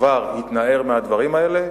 כבר התנער מהדברים האלה,